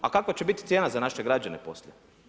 A kakva će biti cijena za naše građane poslije?